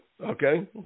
okay